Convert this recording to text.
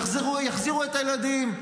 יחזירו את הילדים,